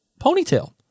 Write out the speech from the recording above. ponytail